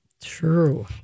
True